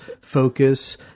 focus